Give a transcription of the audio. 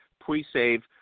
pre-save